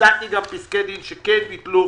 מצאתי גם פסקי דין שכן ביטלו